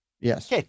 yes